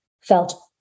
felt